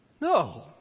No